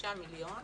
חמישה מיליון.